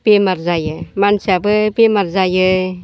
बेमार जायो मानसियाबो बेमार जायो